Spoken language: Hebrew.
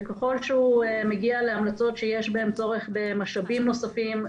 וככל שהוא מגיע להמלצות שיש בהן צורך במשאבים נוספים,